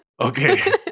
Okay